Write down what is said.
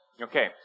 Okay